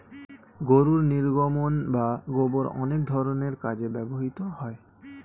গরুর নির্গমন বা গোবর অনেক ধরনের কাজে ব্যবহৃত হয়